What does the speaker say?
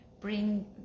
bring